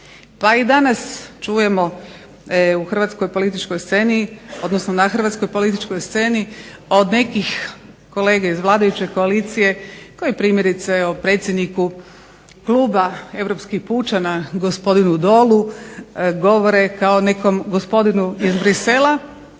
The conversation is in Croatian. pa i danas čujemo u Hrvatskoj političkoj sceni od nekih kolega iz vladajuće koalicije koji primjerice o predsjedniku Kluba europskih pučana gospodinu Dolu govore kao o nekom gospodinu iz Bruxellesa